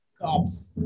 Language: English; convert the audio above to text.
Cops